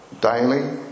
Daily